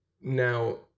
Now